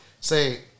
say